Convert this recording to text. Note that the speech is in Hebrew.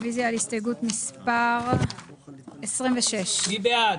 רוויזיה על הסתייגות מס' 71. מי בעד,